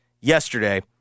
yesterday